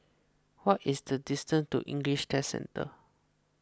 what is the distance to English Test Centre